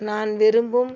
நான் விரும்பும்